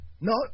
No